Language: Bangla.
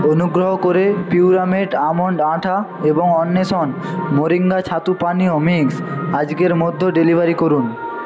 অনুগ্রহ করে পিউরামেট আমণ্ড আঠা এবং অন্বেষণ মোরিঙ্গা ছাতু পানীয় মিক্স আজকের মধ্যে ডেলিভারি করুন